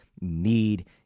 need